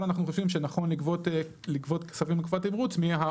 אבל אנחנו חושבים שנכון לגבות כספים לקופת התמרוץ מ-,